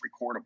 recordable